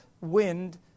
wind